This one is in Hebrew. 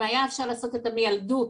אם היה אפשר לעשות את המיילדות